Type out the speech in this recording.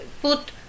put